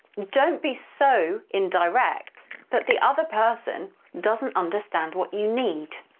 don't be so indirect that the other person doesn't understand what you need.